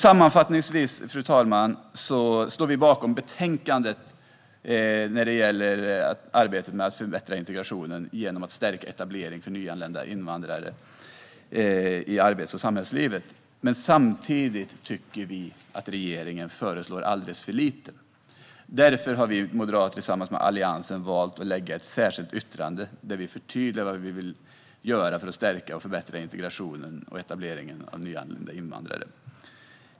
Sammanfattningsvis, fru talman, står vi bakom betänkandet när det gäller arbetet med att förbättra integrationen genom att stärka etableringen för nyanlända invandrare i arbets och samhällslivet. Samtidigt tycker vi att regeringen föreslår alldeles för lite. Därför har vi moderater tillsammans med Alliansen valt att lämna ett särskilt yttrande där vi förtydligar vad vi vill göra för att stärka och förbättra integrationen och etableringen av nyanlända invandrare.